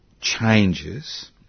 changes